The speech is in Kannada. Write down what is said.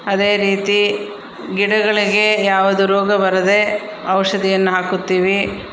ಅದೇ ರೀತಿ ಗಿಡಗಳಿಗೆ ಯಾವುದೂ ರೋಗ ಬರದೆ ಔಷಧಿಯನ್ನು ಹಾಕುತ್ತೀವಿ